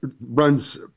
runs